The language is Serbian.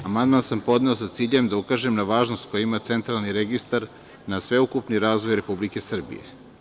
Amandman sam podneo sa ciljem da ukažem na važnost koju ima centralni registar na sveukupni razvoj Republike Srbije.